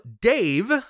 Dave